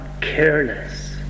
careless